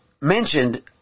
mentioned